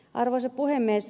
arvoisa puhemies